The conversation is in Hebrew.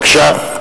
בבקשה.